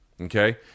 Okay